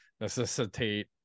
necessitate